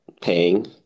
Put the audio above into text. paying